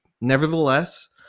Nevertheless